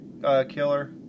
killer